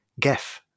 Geff